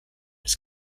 his